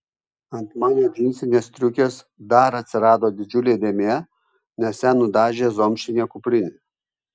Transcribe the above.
ant mano džinsinės striukės dar atsirado didžiulė dėmė nes ją nudažė zomšinė kuprinė